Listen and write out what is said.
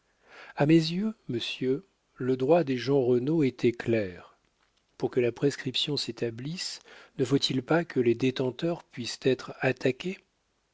a mes yeux monsieur le droit des jeanrenaud était clair pour que la prescription s'établisse ne faut-il pas que les détenteurs puissent être attaqués